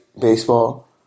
baseball